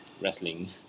wrestling